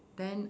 then